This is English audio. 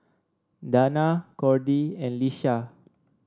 Dana Cordie and Lisha